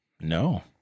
No